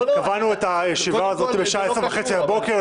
קבענו את הישיבה הזאת בשעה עשר וחצי בבוקר,